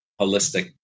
holistic